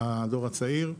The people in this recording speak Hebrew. הדור הצעיר.